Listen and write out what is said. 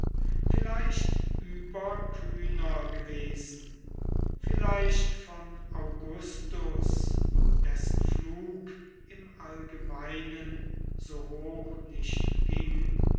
vielleicht überkühner gewesen vielleicht von augustus dessen flug im allgemeinen so hoch nicht ging